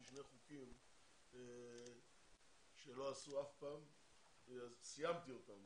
שני חוקים שלא עשו אף פעם וסיימתי אותם.